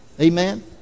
amen